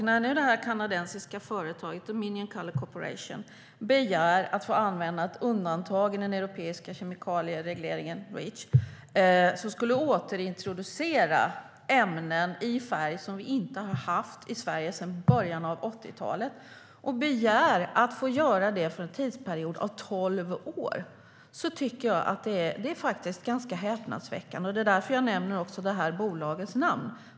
När detta kanadensiska företag, Dominion Colour Corporation, begär att få använda ett undantag i den europeiska kemikalieregleringen Reach för att återintroducera ämnen i färg som vi inte har haft i Sverige sedan början av 80-talet och begär att få göra det för en tidsperiod av tolv år, tycker jag att det faktiskt är ganska häpnadsväckande. Det är därför som jag nämner detta bolags namn.